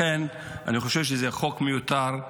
לכן אני חושב שזה חוק מיותר.